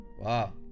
wow